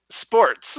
Sports